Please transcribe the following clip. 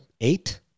eight